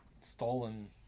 stolen